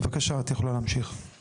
בבקשה את יכולה להמשיך.